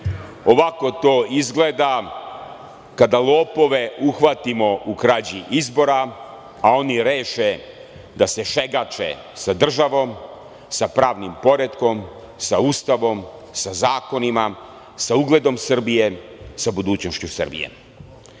ovako to izgleda kada lopove uhvatimo u krađi izbora, a oni reše da se šegače sa državom, sa pravnim poretkom, sa Ustavom, sa zakonima, sa ugledom Srbije, sa budućnošću